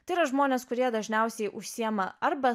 tai yra žmonės kurie dažniausiai užsiėma arba